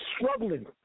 struggling